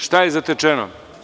Šta je zatečeno?